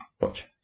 watch